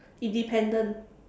independent